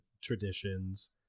traditions